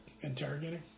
interrogating